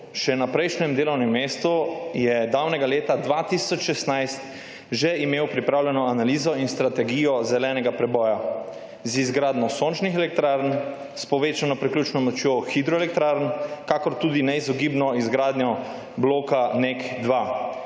Še na prejšnjem delovnem mestu je davnega leta 2016 že imel pripravljeno analizo in strategijo zelenega preboja z izgradnjo sončnih elektrarn, s povečano priključno močjo hidroelektrarn, kakor tudi neizogibno izgradnjo bloka NEK 2,